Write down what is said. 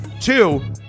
Two